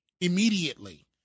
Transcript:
immediately